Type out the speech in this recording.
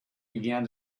began